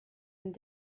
and